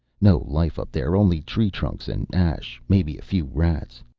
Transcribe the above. no life up there, only tree trunks and ash. maybe a few rats.